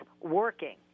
working